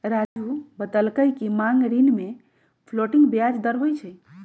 राज़ू बतलकई कि मांग ऋण में फ्लोटिंग ब्याज दर होई छई